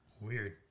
Weird